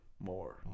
More